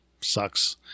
sucks